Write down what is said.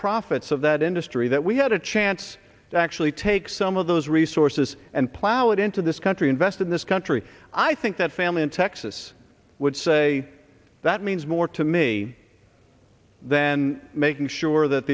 profits of that industry that we had a chance to actually take some of those resources and plow it into this country invest in this country i think that family in texas would say that means more to me than making sure that